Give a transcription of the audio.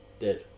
dead